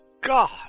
God